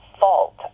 fault